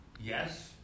Yes